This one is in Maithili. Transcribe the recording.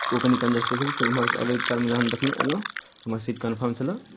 ओ कनि कन्जेस्टेड भेल फेर ओम्हरसँ अबैत कालमे जखन देखलहुँ अयलहुँ हमर सीट कन्फर्म छलय